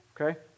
okay